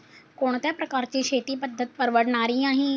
कोणत्या प्रकारची शेती पद्धत परवडणारी आहे?